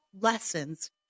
lessons